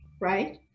right